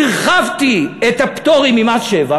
הרחבתי את הפטורים ממס שבח,